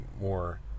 more